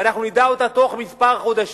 ואנחנו נדע בתוך כמה חודשים: